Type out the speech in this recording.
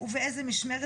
ובאיזו משמרת,